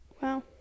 Wow